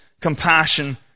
compassion